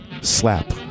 slap